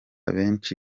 benshi